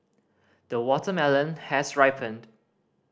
the watermelon has ripened